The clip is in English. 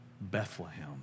Bethlehem